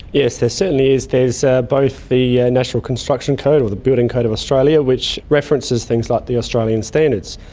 yes, there certainly are. there's ah both the ah national construction code or the building code of australia, which references things like the australian standards,